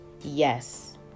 yes